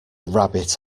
rabbit